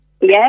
Yes